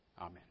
Amen